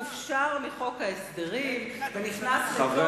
הופשר מחוק ההסדרים ונכנס לתוקף.